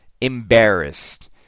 embarrassed